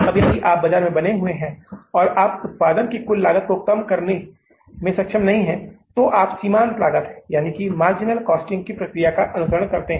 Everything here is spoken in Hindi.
अब यदि आप बाजार में बने हुए हैं और आप उत्पादन की कुल लागत को कम करने में सक्षम नहीं हैं तो आप सीमांत लागतमार्जिनल कॉस्टिंग की प्रक्रिया का अनुसरण करते हैं